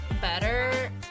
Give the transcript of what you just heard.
better